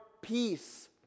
peace